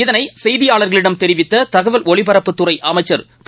இதனை செய்தியாளர்களிடம் தெரிவித்த தகவல் ஒலிபரப்புத்துறை அமைச்சர்திரு